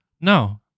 no